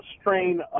strain